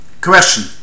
question